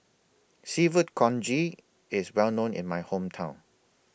Seafood Congee IS Well known in My Hometown